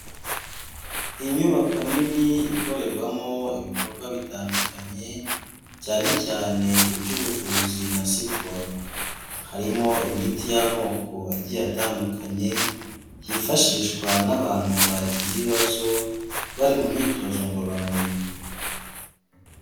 Inyubako nini ikorerwamo ibikorwa bitandukanye cyane cyane iby'ubuvuzi na siporo, harimo imiti y'amoko agiye atandukanye, yifashishwa n'abantu bagize ibibazo bari mu myitozo ngororamubiri.